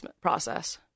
process